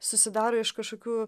susidaro iš kažkokių